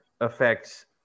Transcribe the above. affects